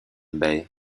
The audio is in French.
bay